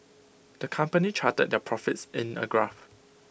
the company charted their profits in A graph